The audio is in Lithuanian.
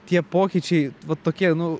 tie pokyčiai va tokie nu